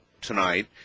tonight